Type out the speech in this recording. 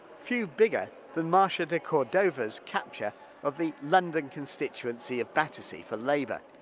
few bigger than marsha de cordova's capture of the london constituency of battersea for labour.